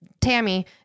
Tammy